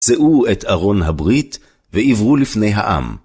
צאו את ארון הברית, ועברו לפני העם.